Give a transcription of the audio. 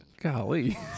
Golly